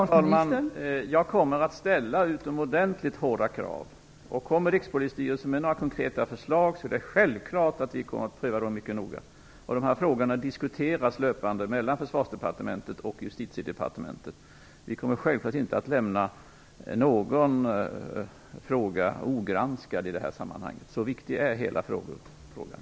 Fru talman! Jag kommer att ställa utomordentligt hårda krav. Kommer Rikspolisstyrelsen med några konkreta förslag är det självklart att vi kommer att pröva dem mycket noga. Dessa frågor diskuteras löpande mellan Försvarsdepartementet och Justitiedepartementet. Vi kommer självfallet inte att lämna någon fråga ogranskad i detta sammanhang - så viktig är hela frågan.